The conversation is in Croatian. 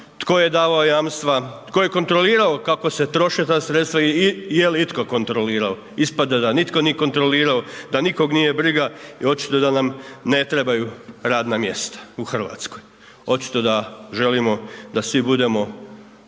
tko je kontrolirao kako se troše ta sredstva i je li itko kontrolirao? Ispada da nitko nije kontrolirao, da nikog nije briga i očito da nam ne trebaju radna mjesta u Hrvatskoj. Očito da želimo da svi budemo